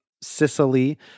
Sicily